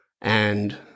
and-